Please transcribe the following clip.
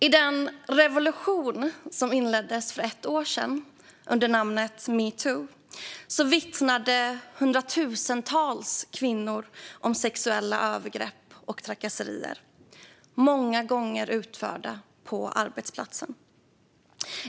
I den revolution som inleddes för ett år sedan under namnet metoo vittnade hundratusentals kvinnor om sexuella övergrepp och trakasserier, många gånger utförda på arbetsplatsen.